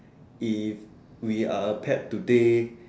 if we are a pet today